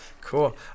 cool